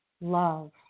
love